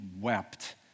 wept